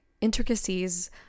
intricacies